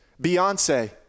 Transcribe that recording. Beyonce